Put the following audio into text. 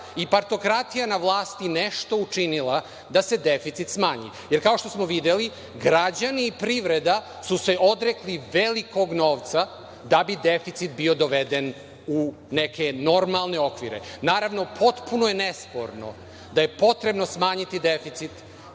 i partokratija na vlasti nešto učinila da se deficit smanji? Jer, kao što smo videli, građani i privreda su se odrekli velikog novca da bi deficit bio doveden u neke normalne okvire. Naravno, potpuno je nesporno da je potrebno smanjiti deficit.